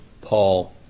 Paul